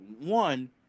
one